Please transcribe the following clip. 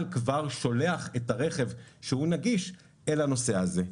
כבר שולח את הרכב שהוא נגיש אל הנוסע הזה.